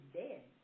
dead